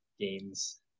games